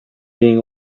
being